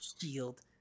Shield